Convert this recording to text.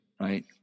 right